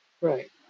Right